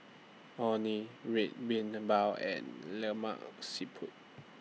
Orh Nee Red Bean Bao and Lemak Siput